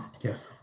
Yes